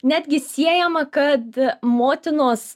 netgi siejama kad motinos